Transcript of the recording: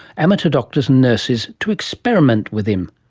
amateur doctors and nurses, to experiment with him.